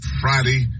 Friday